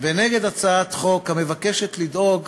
ונגד הצעת חוק המבקשת לדאוג